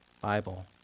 Bible